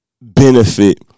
benefit